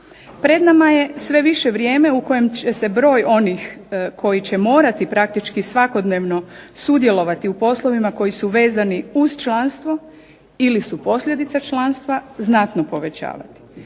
Pred nama je sve više vrijeme u kojem će se broj onih koji će morati praktički svakodnevno sudjelovati u poslovima koji su vezani uz članstvo ili su posljedica članstva znatno povećavati.